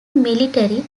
military